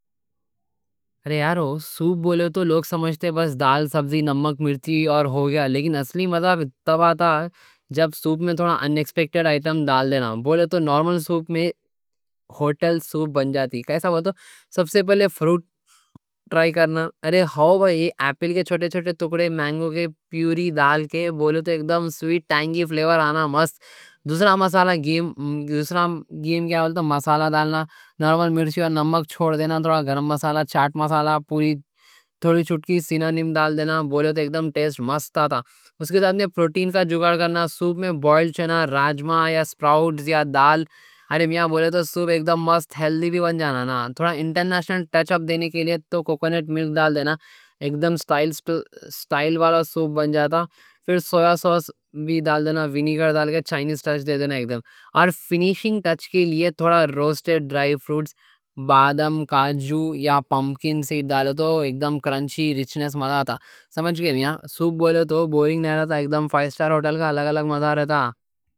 ریارو سوپ بولے تو لوگ سمجھتے بس ڈال سبزی نمک مرچی اور ہو گیا لیکن اصلی مزہ تب آتا جب سوپ میں تھوڑا ان ایکسپیکٹڈ آئٹم ڈال دینا بولے تو نارمل سوپ میں ہوتل سوپ بن جاتی۔ سب سے پہلے فروٹ ٹرائی کرنا، ارے ہو بھائی، ایپل کے چھوٹے چھوٹے ٹکڑے، مینگو کی پیوری ڈال کے بولے تو اکدم سوئٹ ٹینگی فلیور آنا مست۔ دوسرا مسالہ گیم، دوسرا گیم کیا بولتا، مسالہ ڈالنا؛ نارمل مرچی اور نمک چھوڑ دینا، تھوڑا گرم مسالہ ڈالنا۔ تھوڑا چاٹ مسالہ ڈالنا، پوری تھوڑی چٹکی سیننم ڈال دینا۔ بولے تو اکدم ٹیسٹ مست آتا، اس کے ساتھ پروٹین کا جگاڑ کرنا: سوپ میں بوئل چنا، راجما یا سپراؤٹس یا دال۔ ارے میاں بولے تو سوپ اکدم مست ہیلدی بھی بن جانا نا۔ تھوڑا انٹرنیشنل ٹچ اپ دینے کے لیے تو کوکونٹ میلک ڈال دینا اکدم اسٹائل والا سوپ بن جاتا، پھر سویا سوس بھی ڈال دینا، وینیگر ڈال کے چائنیس ٹچ دے دینا اکدم۔ اور فینیشنگ ٹچ کے لیے تھوڑا روسٹڈ ڈرائی فروٹس، بادام کاجو یا پمکن سیڈز ڈالو تو اکدم کرنچی رچنیس ملتا، سمجھ گئے نہیں۔ ہاں سوپ بولے تو بورنگ نئیں رہتا، اکدم فائیو سٹار ہوتل کا الگ الگ مزہ رہتا۔